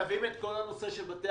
אנחנו בוועדה מלווים את כל הנושא של בתי